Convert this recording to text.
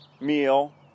meal